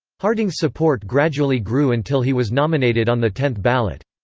harding's support gradually grew until he was nominated on the tenth ballot.